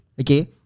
okay